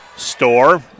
Store